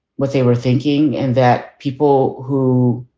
what they were thinking and that people who.